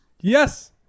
Yes